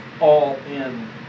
all-in